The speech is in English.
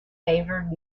favored